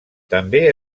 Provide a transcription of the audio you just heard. també